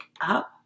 up